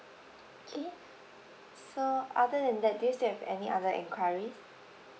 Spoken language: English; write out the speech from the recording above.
okay so other than that do you still have any other enquiries